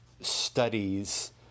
studies